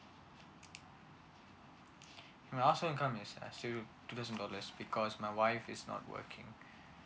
my household income is just two thousand dollars because my wife is not working